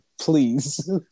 please